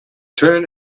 turn